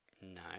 No